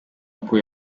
uko